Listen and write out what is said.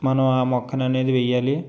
మనం ఆ మొక్కను అనేది వెయ్యాలి